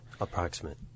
Approximate